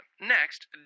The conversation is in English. Next